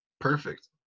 Perfect